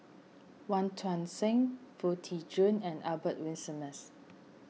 Wong Tuang Seng Foo Tee Jun and Albert Winsemius